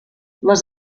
les